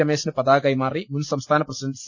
രമേശിന് പതാക കൈമാറി മുൻ സംസ്ഥാന പ്രസിഡന്റ് സി